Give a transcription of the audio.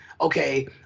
okay